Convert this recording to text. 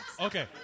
Okay